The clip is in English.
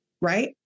Right